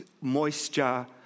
moisture